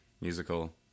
musical